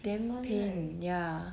damm pain ya